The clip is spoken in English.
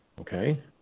Okay